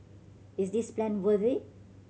is this plan worth it